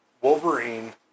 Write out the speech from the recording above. Wolverine